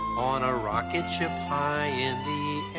on a rocketship high in the